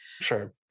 Sure